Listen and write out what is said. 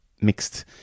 mixed